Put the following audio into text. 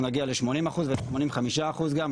אנחנו נגיע ל-80% ול-85% גם,